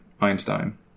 Einstein